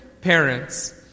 parents